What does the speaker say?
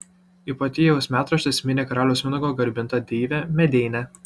ipatijaus metraštis mini karaliaus mindaugo garbintą deivę medeinę